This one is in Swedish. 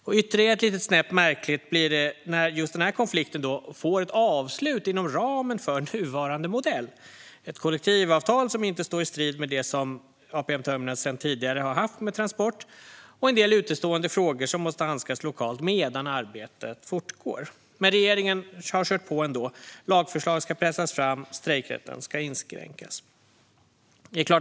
Och ytterligare ett litet snäpp märkligare blir det eftersom just den här konflikten når ett avslut inom ramen för den nuvarande modellen: ett kollektivavtal, som inte står i strid med det som APM Terminals sedan tidigare har haft med Transport, och en del utestående frågor som måste hanteras lokalt medan arbetet fortgår. Men regeringen har kört på ändå - lagförslag ska pressas fram och strejkrätten inskränkas.